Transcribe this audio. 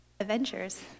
adventures